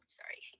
sorry